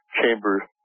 chamber